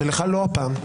ולך לא הפעם.